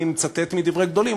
אני מצטט מדברי גדולים,